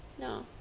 No